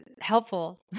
helpful